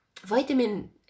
Vitamin